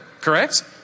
correct